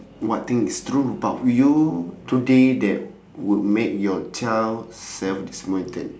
what thing is true about you today that would make your child self disappointed